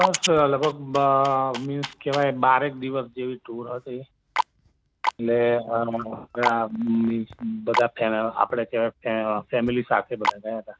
બસ લગભગ મિન્સ કહેવાય બારેક દિવસ જેવી ટૂર હતી એટલે બધા મિન્સ બધા ફે આપણે કે ફે ફેમિલી સાથે બધા ગયા હતા